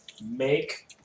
Make